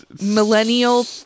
millennial